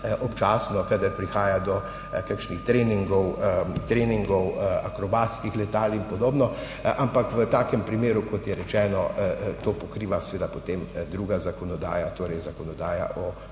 glasnejša, kadar prihaja do kakšnih treningov akrobatskih letal in podobno. Ampak v takem primeru, kot je rečeno, to pokriva potem druga zakonodaja, torej zakonodaja o